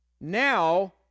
now